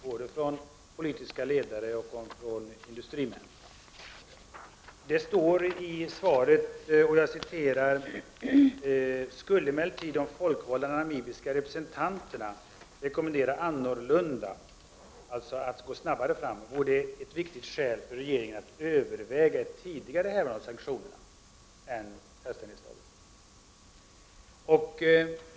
Dessa önskemål kommer från både politiska ledare och industrimän. I svaret står: ”Skulle emellertid de folkvalda namibiska representanterna eller FN:s generalförsamling rekommendera annorlunda”, alltså att gå snabbare fram, ”vore det ett viktigt skäl för regeringen att överväga att tidigare häva sanktionerna” än på självständighetsdagen.